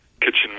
kitchen